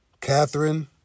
Catherine